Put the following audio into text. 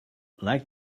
like